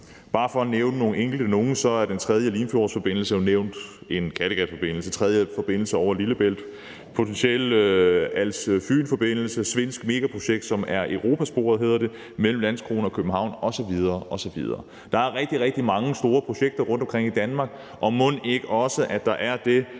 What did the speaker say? Bare for at nævne nogle enkelte kan jeg sige, at følgende er nævnt: en tredje Limfjordsforbindelse, en Kattegatforbindelse, en tredje forbindelse over Lillebælt, en potentiel Als-Fyn-forbindelse og et svensk megaprojekt, som hedder Europasporet, mellem Landskrona og København osv. osv. Der er rigtig, rigtig mange store projekter rundtomkring i Danmark – mon ikke der også er det